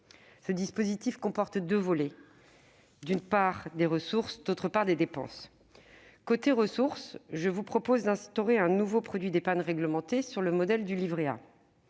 Le dispositif comporte deux volets : d'une part, des ressources ; d'autre part, des dépenses. Côté ressources, je vous propose d'instaurer un nouveau produit d'épargne réglementée, sur le modèle du livret A.